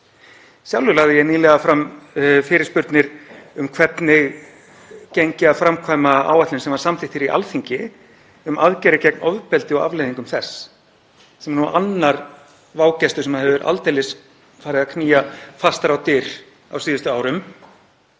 Sjálfur lagði ég nýlega fram fyrirspurnir um hvernig gengi að framkvæma áætlun sem samþykkt var á Alþingi um aðgerðir gegn ofbeldi og afleiðingum þess, sem er annar vágestur sem hefur aldeilis farið að knýja fastar á dyr á síðustu árum.